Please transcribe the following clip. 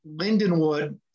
Lindenwood